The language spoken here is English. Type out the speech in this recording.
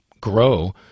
grow